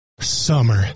summer